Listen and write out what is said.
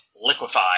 Liquefy